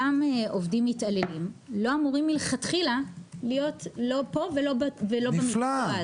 אותם עובדים מתעללים לא אמורים מלכתחילה להיות לא פה ולא במכרז,